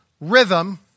rhythm